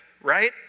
right